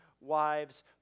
wives